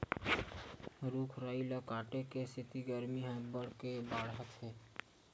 रूख राई ल काटे के सेती गरमी ह अब्बड़ के बाड़हत हे